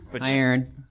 Iron